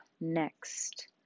next